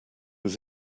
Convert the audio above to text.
was